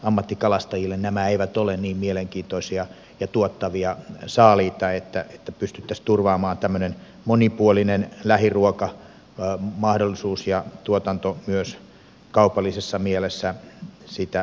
ammattikalastajille nämä eivät ole niin mielenkiintoisia ja tuottavia saaliita että pystyttäisiin turvaamaan tämmöinen monipuolinen lähiruokamahdollisuus ja tuotanto myös kaupallisessa mielessä sitä haluaville